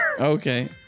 Okay